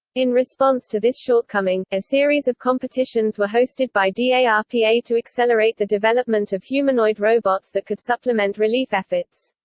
in response to this shortcoming, a series of competitions were hosted by darpa ah darpa to accelerate the development of humanoid robots that could supplement relief efforts.